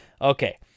Okay